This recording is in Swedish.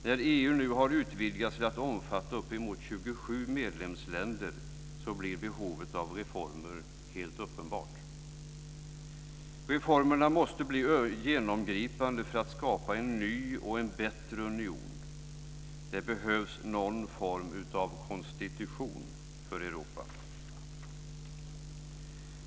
När EU nu utvidgas till att omfatta uppemot 27 medlemsländer blir behovet av reformer uppenbart. Reformerna måste bli genomgripande för att skapa en ny och bättre union. Det behövs någon form av konstitution för Europa.